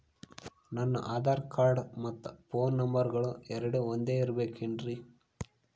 ನನ್ನ ಆಧಾರ್ ಕಾರ್ಡ್ ಮತ್ತ ಪೋನ್ ನಂಬರಗಳು ಎರಡು ಒಂದೆ ಇರಬೇಕಿನ್ರಿ?